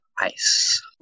ice